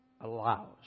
allows